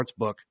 sportsbook